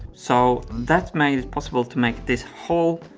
so that made it possible to make this whole